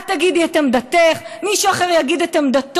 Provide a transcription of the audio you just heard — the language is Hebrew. את תגידי את עמדתך, מישהו אחר יגיד את עמדתו.